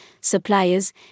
suppliers